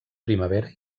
primavera